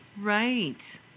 Right